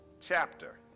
chapter